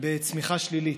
בצמיחה שלילית.